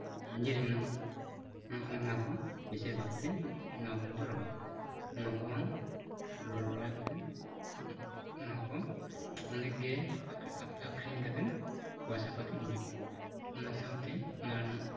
ᱟᱸᱧᱡᱤᱨ ᱢᱮᱱᱟᱜᱼᱟ ᱚᱱᱮ ᱚᱱᱟᱠᱚ ᱵᱮᱥᱤᱨ ᱵᱷᱟᱜᱽ ᱛᱮ ᱱᱚᱣᱟ ᱠᱚᱨᱮ ᱫᱚ ᱨᱚᱦᱚᱭᱚᱼᱟ ᱞᱚᱜᱚᱱ ᱨᱚᱦᱚᱭ ᱠᱟᱛᱮᱫ ᱱᱚᱣᱟᱠᱚ ᱚᱱᱮᱠ ᱜᱮ ᱟᱠᱷᱨᱤᱧ ᱠᱟᱛᱮᱫ ᱯᱚᱭᱥᱟᱯᱟᱛᱤ ᱦᱤᱡᱩᱜᱼᱟ ᱚᱱᱟ ᱥᱟᱶᱛᱮ ᱚᱱᱟ ᱨᱮᱱᱟᱜ